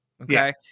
Okay